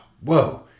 whoa